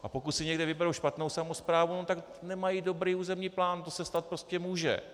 A pokud si někde vyberou špatnou samosprávu, tak nemají dobrý územní plán, to se stát prostě může.